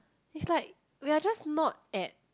it's like we are just not at